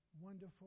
wonderful